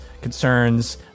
concerns